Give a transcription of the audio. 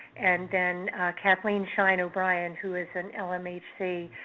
and then kathleen shine-o'brien, who is an lmhc,